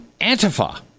Antifa